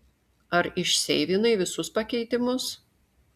ar išseivinai visus pakeitimus